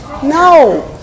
No